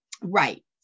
Right